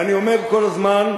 ואני אומר כל הזמן,